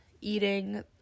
eating